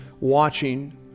watching